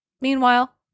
meanwhile